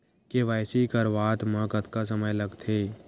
KYC करवात म कतका समय लगथे?